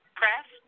press